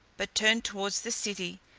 but turned towards the city,